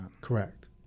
Correct